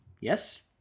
yes